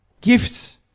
Gifts